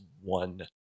one